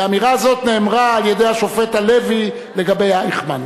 והאמירה הזאת נאמרה על-ידי השופט הלוי לגבי אייכמן.